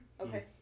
Okay